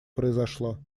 произошло